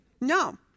No